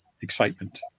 excitement